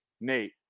Nate